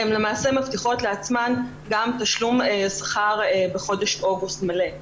הן למעשה מבטיחות לעצמן גם תשלום שכר מלא בחודש אוגוסט.